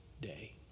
day